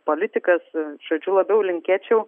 politikas žodžiu labiau linkėčiau